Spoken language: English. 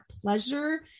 pleasure